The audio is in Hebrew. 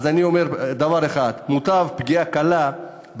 אז אני אומר דבר אחד: מוטב פגיעה קלה בכנף